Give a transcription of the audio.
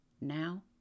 now